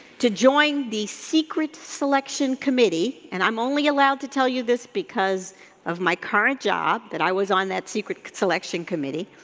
to join the secret selection committee, and i'm only allowed to tell you this because of my current job that i was on that secret selection committee,